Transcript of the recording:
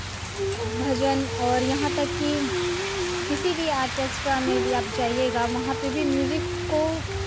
भजन और यहाँ तक की किसी भी आर्केस्ट्रा में भी आप जाइएगा वहाँ पे भी म्यूज़िक को